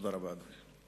תודה רבה, אדוני.